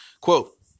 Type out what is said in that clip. Quote